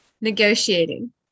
negotiating